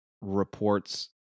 reports